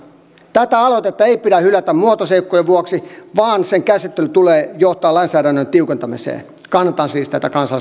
tätä aloitetta ei pidä hylätä muotoseikkojen vuoksi vaan sen käsittelyn tulee johtaa lainsäädännön tiukentamiseen kannatan siis